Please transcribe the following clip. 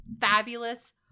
fabulous